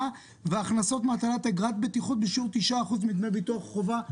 וההכנסות מהטלת אגרת בטיחות בשיעור 9% מדמי ביטוח חובה.